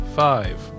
five